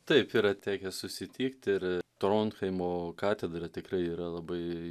taip yra tekę susitikt ir tronhaimo katedra tikrai yra labai